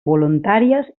voluntàries